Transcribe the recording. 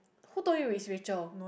who told you is Rachel